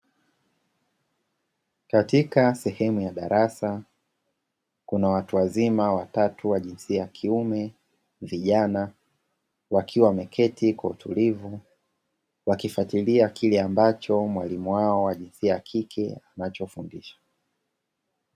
Katika sehemu ya darasa kuna watu wazima watatu wa jinsia ya kiume, vijana wakiwa wameketi kwa utulivu wakifuatilia kile ambacho mwalimu wao wa jinsia ya kike anachofundisha.